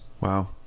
Wow